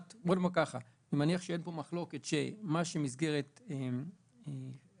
אני מניח שאין פה מחלוקת שמה שמסגרת אחראית